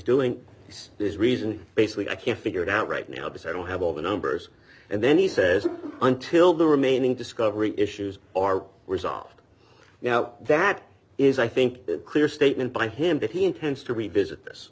doing there is reason basically i can't figure it out right now because i don't have all the numbers and then he says until the remain discovery issues are resolved now that is i think the clear statement by him that he intends to revisit this